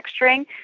texturing